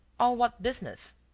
all what business?